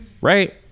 Right